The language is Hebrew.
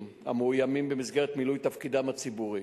המאוימים במסגרת מילוי תפקידם הציבורי.